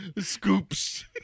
scoops